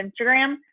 Instagram